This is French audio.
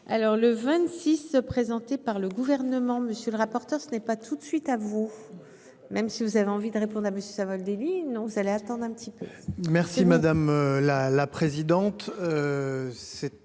Alors le 26 présenté par le gouvernement. Monsieur le rapporteur. Ce n'est pas tout de suite à vous-. Même si vous avez envie de répondre à Monsieur Savoldelli non vous allez attendre un petit peu. Merci madame la la présidente.